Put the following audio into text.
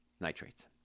nitrates